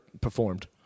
performed